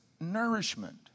nourishment